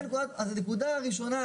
אז הנקודה הראשונה,